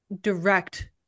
direct